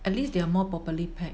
at least they are more properly pack